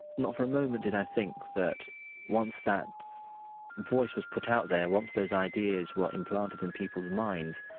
not for a moment did i think that once that voice was put out there, once those ideas were implanted in peoples minds,